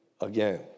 again